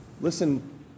listen